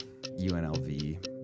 UNLV